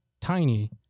tiny